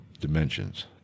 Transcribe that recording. dimensions